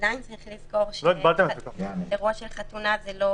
עדיין צריך לזכור שאירוע של חתונה הוא לא